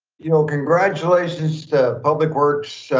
you know congratulations to public works,